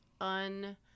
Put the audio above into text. un-